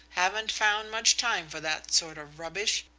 haven't found much time for that sort of rubbish.